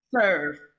serve